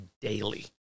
daily